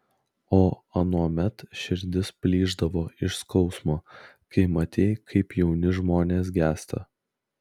o anuomet širdis plyšdavo iš skausmo kai matei kaip jauni žmonės gęsta